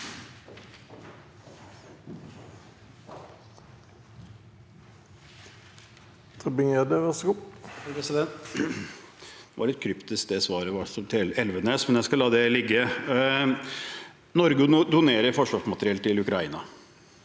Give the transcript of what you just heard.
Norge donerer forsvarsmateriell til Ukraina.